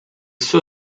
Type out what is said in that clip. suo